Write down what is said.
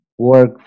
work